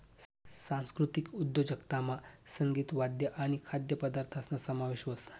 सांस्कृतिक उद्योजकतामा संगीत, वाद्य आणि खाद्यपदार्थसना समावेश व्हस